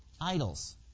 Idols